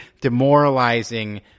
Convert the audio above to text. demoralizing